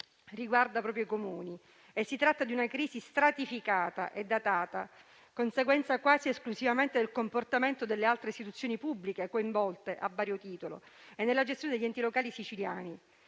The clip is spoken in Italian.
riguarda proprio i Comuni e si tratta di una crisi stratificata e datata, conseguenza quasi esclusivamente del comportamento delle altre istituzioni pubbliche coinvolte a vario titolo. È nella gestione degli enti locali siciliani.